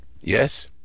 yes